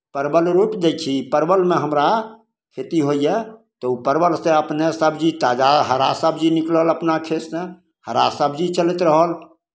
परवल रोपि दै छी परवलमे हमरा खेती होइए तऽ ओ परवलसँ अपने सबजी ताजा हरा सबजी निकलल अपना खेतसँ हरा सबजी चलैत रहल